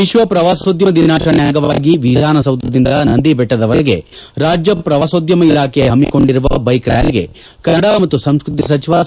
ವಿಶ್ವ ಪ್ರವಾಸೋದ್ಯಮ ದಿನಾಚರಣೆ ಅಂಗವಾಗಿ ವಿಧಾನಸೌಧದಿಂದ ನಂದಿದೆಟ್ಟದರವರೆಗೆ ರಾಜ್ಯ ಪ್ರವಾಸೋದ್ಯಮ ಇಲಾಖೆ ಹಮ್ನಿಕೊಂಡಿರುವ ಬೈಕ್ ರ್ನಾಲಿಗೆ ಕನ್ನಡ ಮತ್ತು ಸಂಸ್ಕತಿ ಸಚಿವ ಸಿ